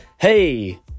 Hey